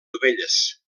dovelles